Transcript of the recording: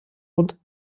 und